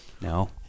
no